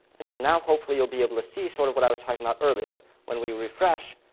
and so now, hopefully, you'll be able to see sort of what i was talking about earlier. when we refresh,